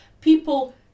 People